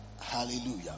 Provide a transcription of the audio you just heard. Hallelujah